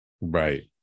Right